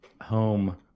home